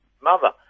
mother